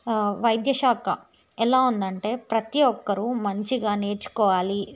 వైద్యశాఖ ఎలా ఉంది అంటే ప్రతి ఒక్కరు మంచిగా నేర్చుకోవాలి